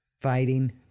fighting